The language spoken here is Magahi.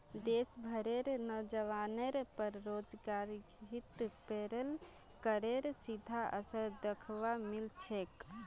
देश भरेर नोजवानेर पर बेरोजगारीत पेरोल करेर सीधा असर दख्वा मिल छेक